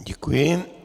Děkuji.